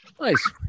Nice